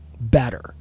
better